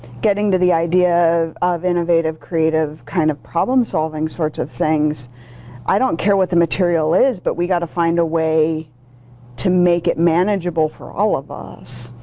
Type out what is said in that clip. getting to the idea of of innovative, creative kind of problem solving sorts of things i don't care what the material is, but we've got to find a way to make it manageable for all of us.